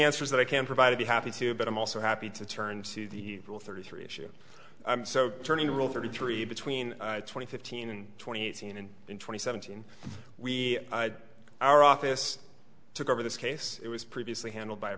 answers that i can provide to be happy to but i'm also happy to turn to the thirty three issue so turning to rule thirty three between twenty fifteen and twenty eighteen and twenty seventeen we our office took over this case it was previously handled by a